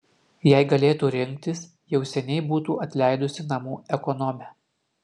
jei galėtų rinktis jau seniai būtų atleidusi namų ekonomę